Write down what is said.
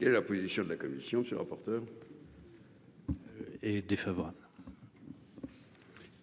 Et la position de la commission. Monsieur le rapporteur. Et défavorable.